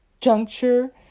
juncture